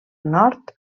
nord